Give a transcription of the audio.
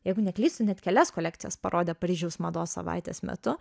jeigu neklystu net kelias kolekcijas parodė paryžiaus mados savaitės metu